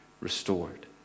restored